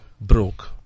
Broke